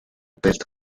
test